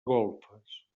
golfes